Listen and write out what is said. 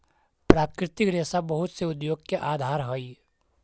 प्राकृतिक रेशा बहुत से उद्योग के आधार हई